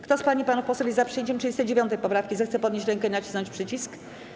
Kto z pań i panów posłów jest za przyjęciem 39. poprawki, zechce podnieść rękę i nacisnąć przycisk.